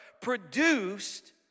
produced